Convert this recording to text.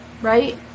right